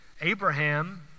Abraham